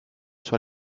sur